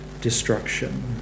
destruction